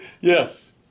Yes